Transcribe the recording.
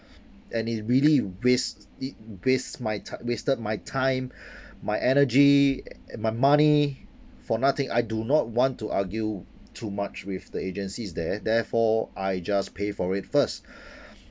and it's really waste it waste my ti~ wasted my time my energy and my money for nothing I do not want to argue too much with the agencies there therefore I just pay for it first